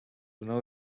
اونا